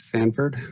Sanford